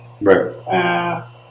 Right